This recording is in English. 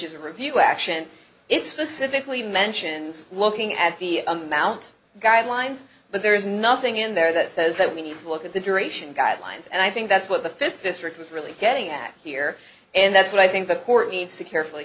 to review action it specifically mentions looking at the amount guidelines but there is nothing in there that says that we need to look at the duration guidelines and i think that's what the fifth district is really getting at here and that's what i think the court needs to carefully